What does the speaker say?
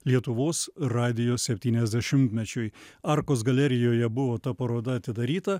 lietuvos radijo septyniasdešimtmečiui arkos galerijoje buvo ta paroda atidaryta